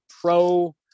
pro